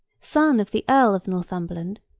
son of the earl of northumberland,